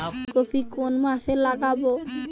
ফুলকপি কোন মাসে লাগাবো?